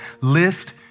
Lift